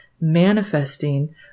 manifesting